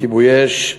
כיבוי אש,